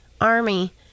Army